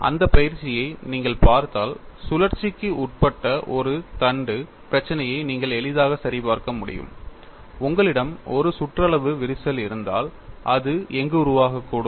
அந்த பயிற்சியை நீங்கள் பார்த்தால் சுழற்சிக்கு உட்பட்ட ஒரு தண்டு பிரச்சினையை நீங்கள் எளிதாக சரிபார்க்க முடியும் உங்களிடம் ஒரு சுற்றளவு விரிசல் இருந்தால் அது எங்கு உருவாகக்கூடும்